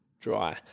dry